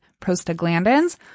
prostaglandins